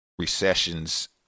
recessions